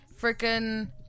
Freaking